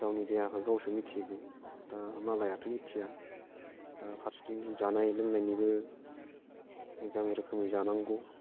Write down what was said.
गावनि देहाखौ गावसो मिनथिगौ दा मालायाथ' मिथिया दा फारसेथिं जानाय लोंनायनिबो मोजां रोखोमै जानांगौ